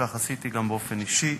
וכך עשיתי גם באופן אישי.